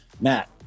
matt